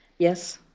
yes.